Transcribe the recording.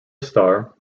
star